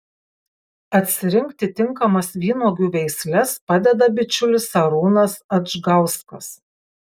atsirinkti tinkamas vynuogių veisles padeda bičiulis arūnas adžgauskas